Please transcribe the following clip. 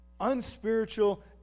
unspiritual